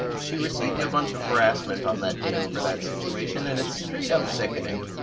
she received a bunch of harassment on that day over that situation, and it's straight up sickening.